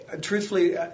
truthfully